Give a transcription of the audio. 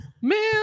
Man